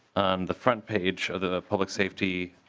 on the front page of the public safety